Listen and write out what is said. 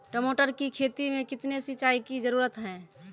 टमाटर की खेती मे कितने सिंचाई की जरूरत हैं?